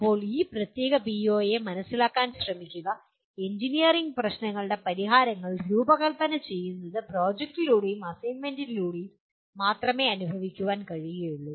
ഇപ്പോൾ ഈ പ്രത്യേക പിഒയെ മനസിലാക്കാൻ ശ്രമിക്കുക എഞ്ചിനീയറിംഗ് പ്രശ്നങ്ങൾക്കുള്ള പരിഹാരങ്ങൾ രൂപകൽപ്പന ചെയ്യുന്നത് പ്രോജക്റ്റുകളിലൂടെയും അസൈൻമെന്റുകളിലൂടെയും മാത്രമേ അനുഭവിക്കാൻ കഴിയൂ